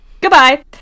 goodbye